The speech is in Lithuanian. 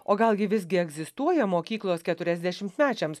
o gal gi visgi egzistuoja mokyklos keturiasdešimtmečiams